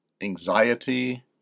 anxiety